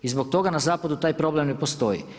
I zbog toga na zapadu taj problem ne postoji.